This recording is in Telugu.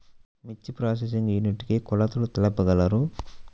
మిర్చి ప్రోసెసింగ్ యూనిట్ కి కొలతలు తెలుపగలరు?